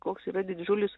koks yra didžiulis